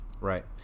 Right